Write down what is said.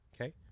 Okay